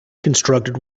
constructed